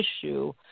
issue